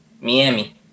Miami